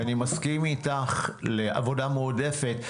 שאני מסכים איתך לעבודה מועדפת.